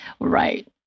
right